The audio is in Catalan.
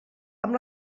amb